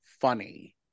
funny